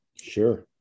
Sure